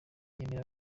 yemereye